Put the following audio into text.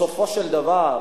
בסופו של דבר,